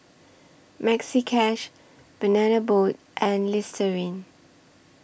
Maxi Cash Banana Boat and Listerine